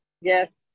Yes